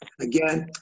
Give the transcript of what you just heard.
Again